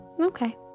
Okay